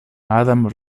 adam